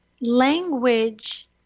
language